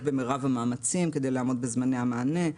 במרב המאמצים כדי לעמוד בזמני המענה.